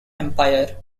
empire